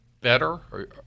better